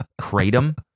Kratom